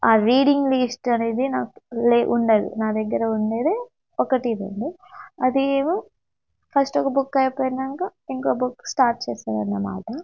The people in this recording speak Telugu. ఆ రీడింగ్ లిస్ట్ అనేది నాకు లే ఉండదు నా దగ్గర ఉండేది ఒకటి రెండుఅది ఏమో ఫస్ట్ ఒక బుక్ అయిపోయినాక ఇంకో బుక్ స్టార్ట్ చేసేది అన్నమాట